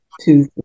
two